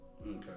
okay